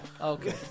Okay